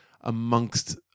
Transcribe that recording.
amongst